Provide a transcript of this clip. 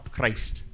Christ